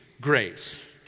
grace